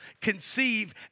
conceive